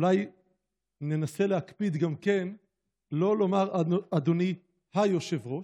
אולי ננסה להקפיד גם לא לומר "אדוני היושב-ראש"